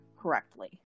correctly